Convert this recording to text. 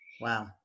Wow